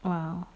!wow!